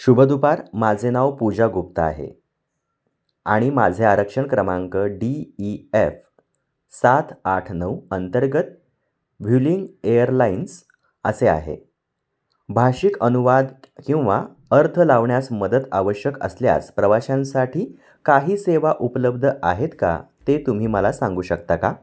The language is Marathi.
शुभ दुपार माझे नाव पूजा गुप्ता आहे आणि माझे आरक्षण क्रमांक डी ई एफ सात आठ नऊ अंतर्गत व्ह्युलिंग एअरलाईन्स असे आहे भाषिक अनुवाद किंवा अर्थ लावण्यास मदत आवश्यक असल्यास प्रवाशांसाठी काही सेवा उपलब्ध आहेत का ते तुम्ही मला सांगू शकता का